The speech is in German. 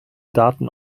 daten